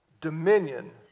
dominion